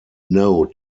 know